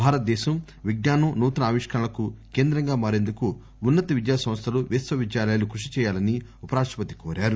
భారతదేశం విజ్ఞానం నూతన ఆవిష్కరణలకు కేంద్రంగా మారేందుకు ఉన్నత విద్యా సంస్థలు విశ్వవిద్యాలయాలు కృషి చేయాలని ఉపరాష్టపతి కోరారు